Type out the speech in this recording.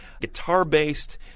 Guitar-based